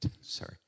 sorry